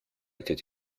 était